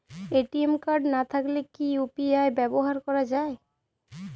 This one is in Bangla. এ.টি.এম কার্ড না থাকলে কি ইউ.পি.আই ব্যবহার করা য়ায়?